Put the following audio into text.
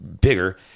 bigger